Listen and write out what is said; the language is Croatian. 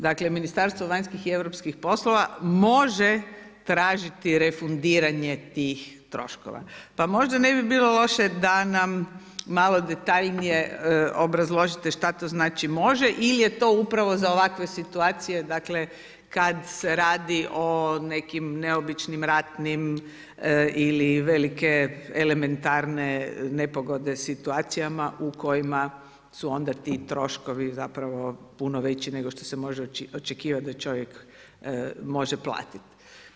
Dakle Ministarstvo vanjskih i europskih poslova može tražiti refundiranje tih troškova, pa možda ne bi bilo loše da nam malo detaljnije obrazložite šta to znači može ili je to upravo za ovakve situacije, dakle kad se radi o nekim neobičnim ratnim ili velike elementarne nepogode situacijama u kojima su onda ti troškovi zapravo puno veći nego što se može očekivati može platiti.